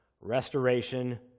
restoration